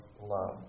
love